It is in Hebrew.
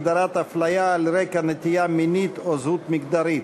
הגדרת הפליה על רקע נטייה מינית או זהות מגדרית).